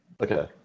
Okay